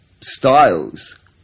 Styles